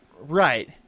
right